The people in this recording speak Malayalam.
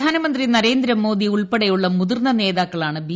പ്രധാനമന്ത്രി നരേന്ദ്രമോദി ഉൾപ്പെടെയുള്ള മുതിർന്ന് നേതാക്കളാണ് ബി